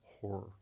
horror